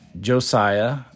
Josiah